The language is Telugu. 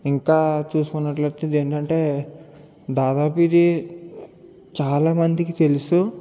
ఇంకా చూసుకున్నట్లయితే ఇది ఏంటంటే దాదాపు ఇది చాలామందికి తెలుసు